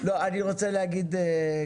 אני רוצה להגיד,